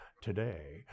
today